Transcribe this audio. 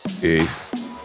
Peace